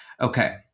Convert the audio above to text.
Okay